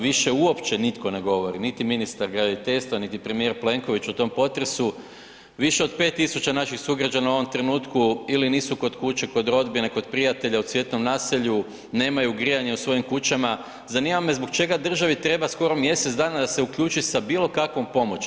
Više uopće nitko ne govori, niti ministar graditeljstva, niti premijer Plenković o tom potresu, više od 5000 naših sugrađana u ovom trenutku ili nisu kod kuće, kod rodbine, kod prijatelja, u Cvjetnom naselju, nemaju grijanje u svojim kućama, zanima me zbog čega državi treba skoro mjesec dana da se uključi sa bilo kakvom pomoći?